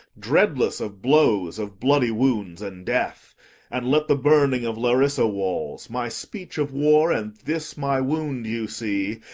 dreadless of blows, of bloody wounds, and death and let the burning of larissa-walls, my speech of war, and this my wound you see,